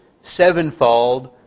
sevenfold